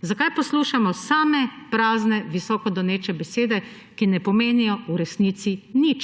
Zakaj poslušamo same prazne visoko doneče besede, ki ne pomenijo v resnici nič?